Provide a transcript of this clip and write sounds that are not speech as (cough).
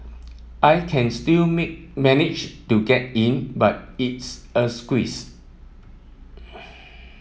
I can still (unintelligible) manage to get in but it's a squeeze